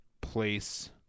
place